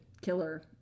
killer